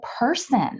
person